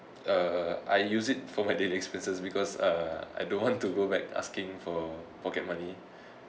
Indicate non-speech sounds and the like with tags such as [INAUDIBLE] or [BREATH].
uh I use it for my daily expenses because uh I don't want to go back asking for pocket money [BREATH]